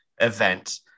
event